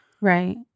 Right